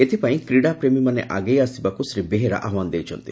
ଏଥିପାଇଁ କ୍ରୀଡ଼ା ପ୍ରେମୀମାନେ ଆଗେଇ ଆସିବାକୁ ଶ୍ରୀ ବେହେରା ଆହ୍ବାନ ଦେଇଛନ୍ତି